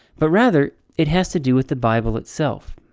but rather, it has to do with the bible itself.